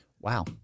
Wow